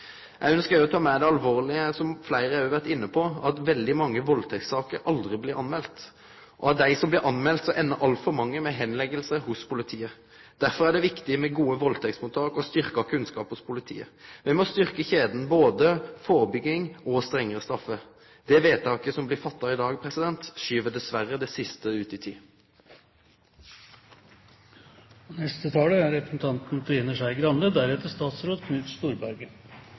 Eg ønskjer å ta med det alvorlege, som fleire òg har vore inne på, at veldig mange valdtektssaker aldri blir melde, og av dei som blir melde, endar altfor mange med bortlegging hos politiet. Derfor er det viktig med gode valdtektsmottak og styrkt kunnskap hos politiet. Me må styrkje kjeda for både førebygging og strengare straffar. Det vedtaket som blir gjort i dag, skyv dessverre det siste ut i tid. Jeg har to likhetstrekk med representanten Ropstad: Det ene er